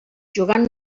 jugant